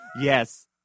Yes